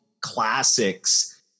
classics